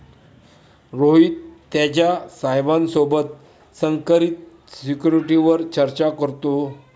रोहित त्याच्या साहेबा सोबत संकरित सिक्युरिटीवर चर्चा करतो